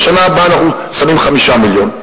בשנה הבאה אנחנו שמים 5 מיליון.